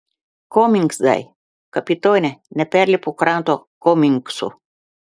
komingsai kapitone neperlipu kranto komingsų